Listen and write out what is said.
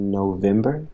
november